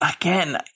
again